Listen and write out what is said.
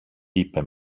είπε